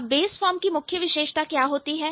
अब base form की मुख्य विशेषता क्या होती है